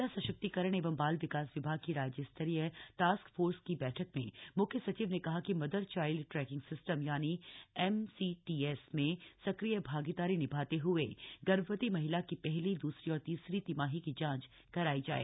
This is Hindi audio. महिला सशक्तिकरण एवं बाल विकास विभाग की राज्य स्तरीय टास्क फोर्स की बैठक में मुख्य सचिव ने कहा कि mother child tracking system MCTS में सक्रिय भागीदारी निभाते हुए गर्भवती महिला की पहली द्रसरी और तीसरी तिमाही की जां करायी जाए